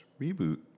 reboot